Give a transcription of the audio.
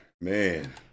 man